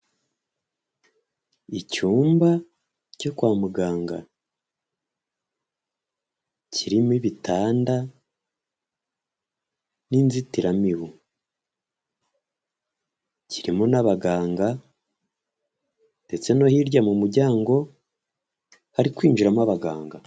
Icyumba cyo kwa muganga kirimo ibitanda n'inzitiramibu kirimo n'abaganga ndetse no hirya mu muryango hari kwinjiramo abaganga.